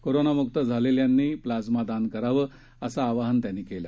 कोरोनामुक्त झालेल्यांनी प्लाज्मा दान करावं असं आवाहन त्यांनी केलं